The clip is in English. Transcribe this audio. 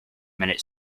minute